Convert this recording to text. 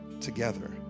together